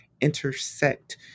intersect